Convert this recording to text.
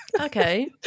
Okay